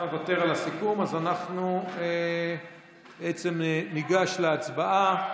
אתה מוותר על הסיכום, אז אנחנו בעצם ניגש להצבעה.